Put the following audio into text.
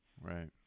right